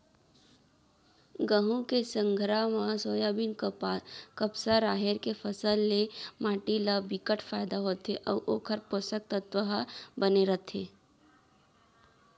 गहूँ के संघरा म सोयाबीन, कपसा, राहेर के फसल ले से माटी ल बिकट फायदा होथे अउ ओखर पोसक तत्व ह बने रहिथे